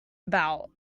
about